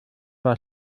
war